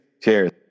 Cheers